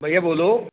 भैया बोलो